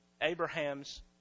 Abraham's